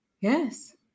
Yes